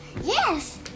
Yes